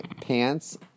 pants